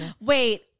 Wait